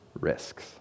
risks